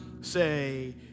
say